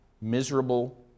miserable